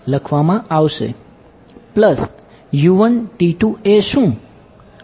plus શું